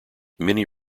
many